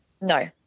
No